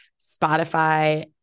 Spotify